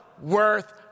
worth